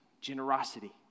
generosity